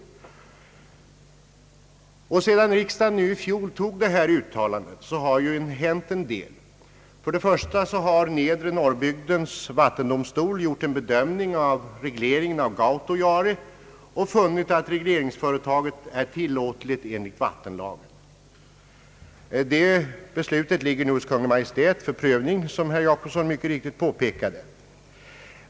Sedan riksdagen i fjol godkände detta beredningsutskottets uttalande har det hänt en del. Först och främst har nedre norrbygdens vattendomstol gjort en bedömning av regleringen av Gautojaure och funnit att regleringsföretaget är tilllåtligt enligt vattenlagen. Det beslutet ligger nu hos Kungl. Maj:t för prövning, som herr Jacobsson mycket riktigt påpekade.